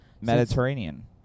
Mediterranean